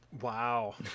wow